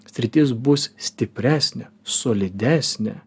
sritis bus stipresnė solidesnė